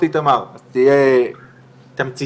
איתמר, אז תהיה תמציתי.